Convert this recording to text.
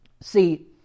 See